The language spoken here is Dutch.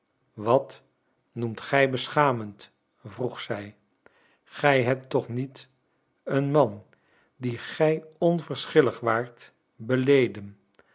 wat noemt gij beschamend vroeg zij gij hebt toch niet een man dien gij onverschillig waart beleden